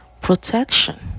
protection